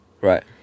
right